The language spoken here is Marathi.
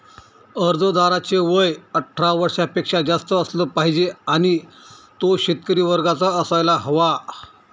अर्जदाराचे वय अठरा वर्षापेक्षा जास्त असलं पाहिजे आणि तो शेतकरी वर्गाचा असायला हवा